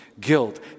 guilt